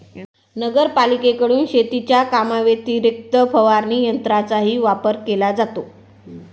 नगरपालिकेकडून शेतीच्या कामाव्यतिरिक्त फवारणी यंत्राचाही वापर केला जातो